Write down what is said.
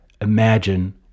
imagine